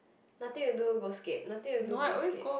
nothing to do go Scape nothing to do go Scape